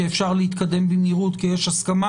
כי אפשר להתקדם במהירות כי יש הסכמה